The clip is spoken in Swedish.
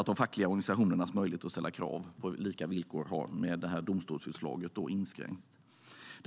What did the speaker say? De fackliga organisationernas möjlighet att ställa krav på lika villkor har i och med det här domstolsutslaget inskränkts.